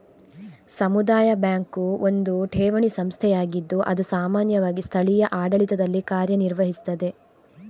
ಸಮುದಾಯ ಬ್ಯಾಂಕು ಒಂದು ಠೇವಣಿ ಸಂಸ್ಥೆಯಾಗಿದ್ದು ಅದು ಸಾಮಾನ್ಯವಾಗಿ ಸ್ಥಳೀಯ ಆಡಳಿತದಲ್ಲಿ ಕಾರ್ಯ ನಿರ್ವಹಿಸ್ತದೆ